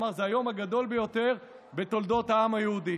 ואמר: זה היום הגדול ביותר בתולדות העם היהודי.